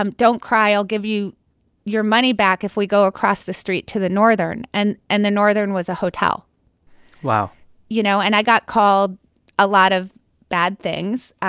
um don't cry, i'll give you your money back if we go across the street to the northern, and and the northern was a hotel wow you know, and i got called a lot of bad things.